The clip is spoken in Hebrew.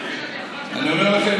אני אומר לכם,